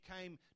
came